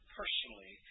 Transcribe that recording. personally